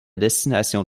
destination